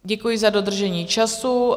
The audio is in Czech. Děkuji za dodržení času.